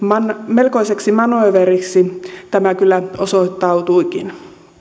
melkoiseksi manööveriksi tämä kyllä osoittautuikin